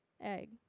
egg